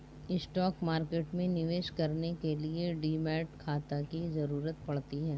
stock market में निवेश करने के लिए डीमैट खाता की जरुरत पड़ती है